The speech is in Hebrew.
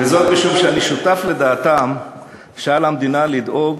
משום שאני שותף לדעתם שעל המדינה לדאוג